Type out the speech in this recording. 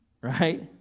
right